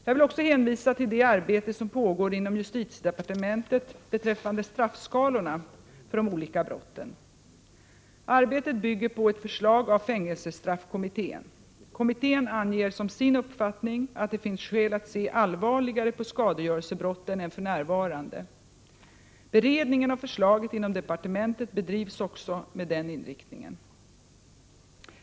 Jag vill också hänvisa till det arbete som pågår inom justitiedepartementet beträffande straffskalorna för de olika brotten. Arbetet bygger på ett förslag av fängelsestraffkommittén. Kommittén anger som sin uppfattning att det finns skäl att se allvarligare på skadegörelsebrotten än för närvarande. Beredningen av förslaget inom departementet bedrivs också med denna inriktning.